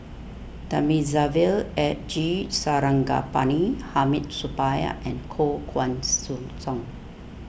Thamizhavel eh G Sarangapani Hamid Supaat and Koh Guan Song